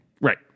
right